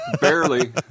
Barely